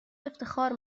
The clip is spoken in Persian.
افتخار